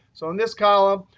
so in this column,